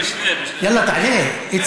איציק, יאללה תעלה.